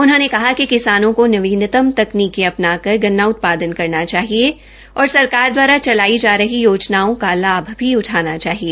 उन्होंने कहा कि किसानों की नवीनतम तकनीकें अपनाकर गन्ना उत्पादन करना चाहिए और सरकार द्वारा चलाई जा रही योजनाओं का लाभ उठाना चाहिए